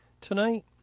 tonight